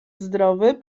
zdrowy